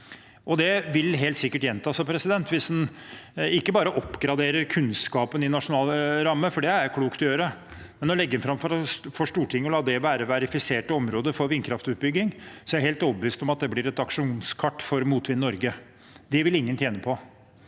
Det vil helt sikkert gjenta seg. Hvis en ikke bare oppgraderer kunnskapen i nasjonale rammer, for det er klokt å gjøre, men også legger det fram for Stortinget og lar det være verifiserte områder for vindkraftutbygging, er jeg helt overbevist om at det blir et aksjonskart for Motvind Norge. Det vil ingen tjene på